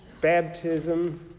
Baptism